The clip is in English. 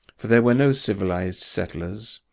for there were no civilised settlers,